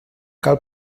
cal